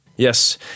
Yes